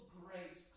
grace